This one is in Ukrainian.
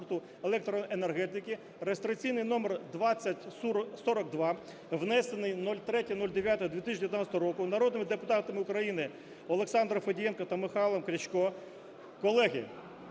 (реєстраційний номер 2042), внесений 03.09.2019 року народними депутатами України Олександром Федієнком та Михайлом Крячком.